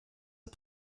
are